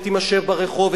ותימשך ברחוב,